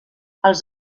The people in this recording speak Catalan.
els